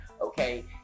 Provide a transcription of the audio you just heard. okay